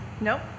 Nope